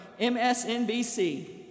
MSNBC